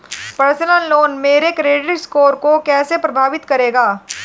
Personal loan मेरे credit score को कैसे प्रभावित करेगा?